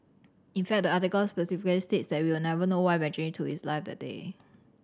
in fact the article specifically states that we will never know why Benjamin took his life that day